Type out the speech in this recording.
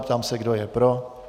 Ptám se, kdo je pro.